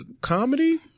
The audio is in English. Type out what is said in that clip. comedy